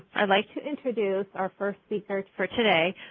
i'd like to introduce our first speaker for today,